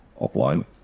offline